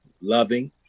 loving